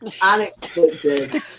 unexpected